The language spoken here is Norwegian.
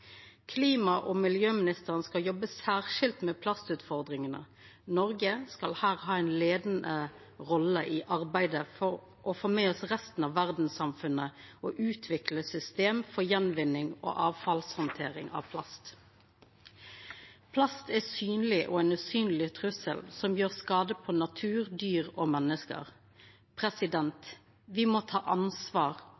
miljøministeren skal jobba særskilt med plastutfordringane. Noreg skal her ha ei leiande rolle i arbeidet for å få med oss resten av verdssamfunnet og utvikla system for gjenvinning og avfallshandtering av plast. Plast er ein synleg og usynleg trussel som gjer skade på natur, dyr og menneske.